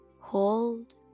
Hold